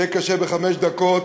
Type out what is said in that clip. יהיה קשה בחמש דקות